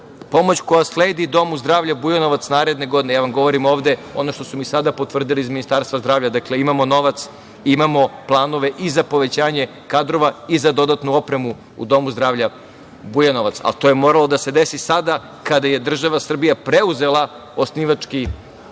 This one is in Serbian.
pomoć koja sledi domu zdravlja u Bujanovcu, i to naredne godine, a ja vam govorim ovde ono što su mi sada potvrdili iz Ministarstva zdravlja, imamo novac i planove za povećanje kadrova i za dodatnu opremu u domu zdravlja u Bujanovcu, ali to je moralo da se desi sada kada je država Srbija preuzela osnivački ulog,